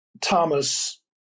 Thomas